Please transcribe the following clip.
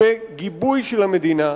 בגיבוי של המדינה,